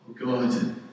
God